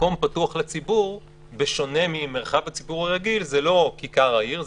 מקום פתוח לציבור בשונה ממרחב הציבור הרגיל זה לא כיכר העיר,